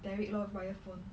derek lor via phone